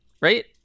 right